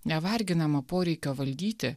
nevarginama poreikio valdyti